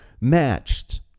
matched